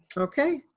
okay.